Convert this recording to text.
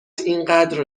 اینقدر